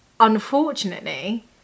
unfortunately